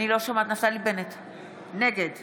נגד